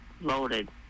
Loaded